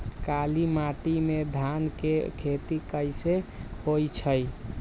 काली माटी में धान के खेती कईसे होइ छइ?